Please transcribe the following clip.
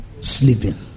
Sleeping